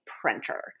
printer